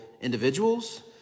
individuals